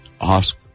Ask